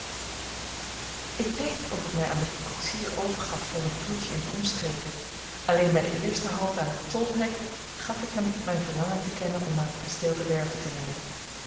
ik deed of ik mij aan den koetsier overgaf voor een toertje in de omstreken alleen bij de eerste halt aan het tolhek gaf ik mijn verlangen te kennen om naar t kasteel de werve te rijden